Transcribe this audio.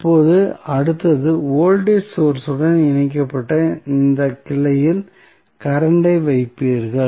இப்போது அடுத்தது voltage source உடன் இணைக்கப்பட்ட அந்த கிளையில் கரண்ட் ஐ வைப்பீர்கள்